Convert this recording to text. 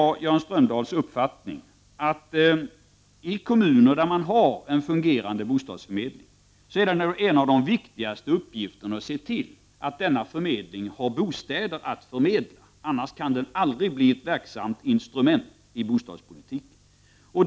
Jag delar Jan Strömdahls uppfattning att en av de viktigaste uppgifterna för kommuner som har en fungerande bostadsförmedling är att se till att denna förmedling har bostäder att förmedla — annars kan den aldrig bli ett verksamt instrument i bostadspolitiken.